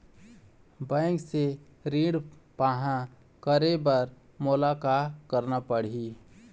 Bank से ऋण पाहां करे बर मोला का करना पड़ही?